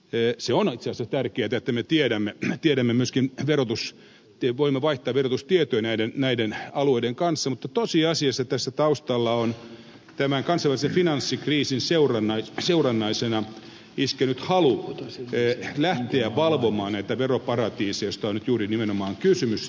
se on itse asiassa tärkeätä että me voimme vaihtaa verotustietoja näiden alueiden kanssa mutta tosiasiassa tässä taustalla on tämän kansainvälisen finanssikriisin seurannaisena iskenyt halu lähteä valvomaan näitä veroparatiiseja joista on nyt juuri nimenomaan kysymys tarkemmin